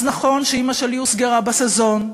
אז נכון שאימא שלי הוסגרה ב"סזון",